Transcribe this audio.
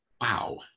wow